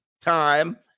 time